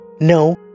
No